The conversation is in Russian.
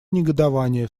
негодование